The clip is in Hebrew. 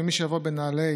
ומי שיבוא בנעלי